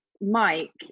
Mike